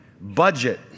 budget